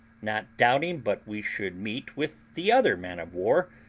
not doubting but we should meet with the other man-of-war,